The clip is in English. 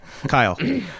Kyle